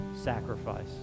sacrifice